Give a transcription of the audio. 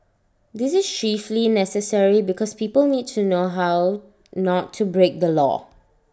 this is chiefly necessary because people need to know how not to break the law